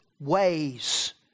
ways